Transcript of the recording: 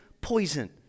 poison